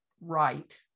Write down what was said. right